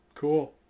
Cool